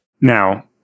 Now